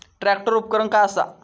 Tractor उपकरण काय असा?